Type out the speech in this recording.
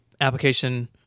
application